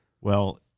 Well-